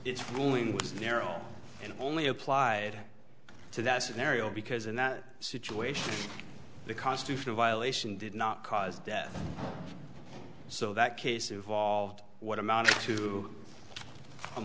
its ruling was narrow and only applied to that scenario because in that situation the constitutional violation did not cause death so that case involved what amount